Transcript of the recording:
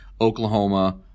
Oklahoma